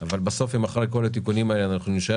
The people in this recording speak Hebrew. אבל אם אחרי כל התיקונים האלה נישאר